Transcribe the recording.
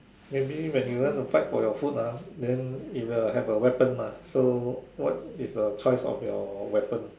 maybe when you want to fight for your food ah then you will have a weapon mah so what is a choice of your weapon